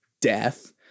death